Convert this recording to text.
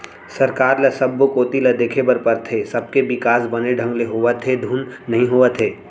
सरकार ल सब्बो कोती ल देखे बर परथे, सबके बिकास बने ढंग ले होवत हे धुन नई होवत हे